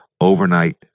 overnight